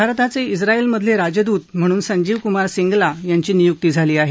भारताचे इस्त्राएलमधले राजदूत म्हणून संजीव कुमार सिंगला यांची नियुक्ती झाली आहे